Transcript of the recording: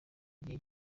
igihe